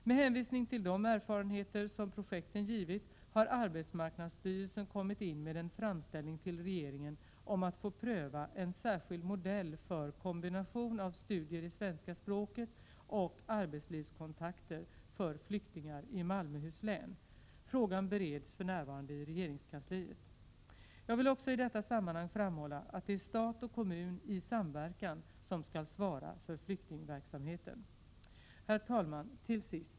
Med hänvisning till de erfarenheter som projekten givit har arbetsmarknadsstyrelsen kommit in med en framställning till regeringen om att få pröva en särskild modell för kombination av studier i svenska språket och arbetslivskontakter för flyktingar i Malmöhus län. Frågan bereds för närvarande i regeringskansliet. Jag vill också i detta sammanhang framhålla att det är stat och kommun i samverkan som skall svara för flyktingverksamheten. Herr talman! Till sist.